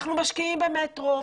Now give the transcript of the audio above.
אנחנו משקיעים במטרו,